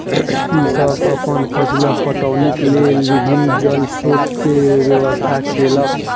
कृषक अपन फसीलक पटौनीक लेल विभिन्न जल स्रोत के व्यवस्था केलक